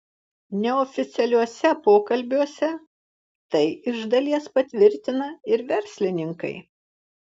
neoficialiuose pokalbiuose tai iš dalies patvirtina ir verslininkai